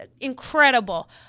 incredible